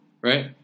Right